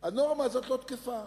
הנורמה הזאת לא תקפה.